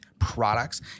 products